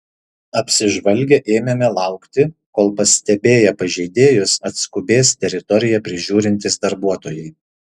apsižvalgę ėmėme laukti kol pastebėję pažeidėjus atskubės teritoriją prižiūrintys darbuotojai